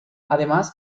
además